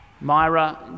Myra